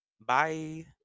Bye